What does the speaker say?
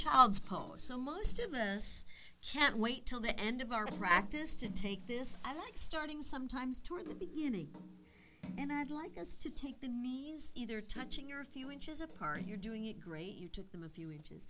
child's post so most of us can't wait till the end of our practice to take this i like starting sometimes toward the beginning and i'd like us to take the knees either touching your a few inches apart you're doing it great you took them a few inches